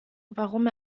warum